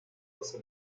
doce